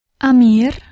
Amir